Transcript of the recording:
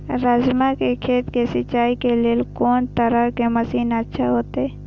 राजमा के खेत के सिंचाई के लेल कोन तरह के मशीन अच्छा होते?